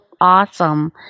awesome